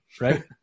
right